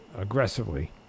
aggressively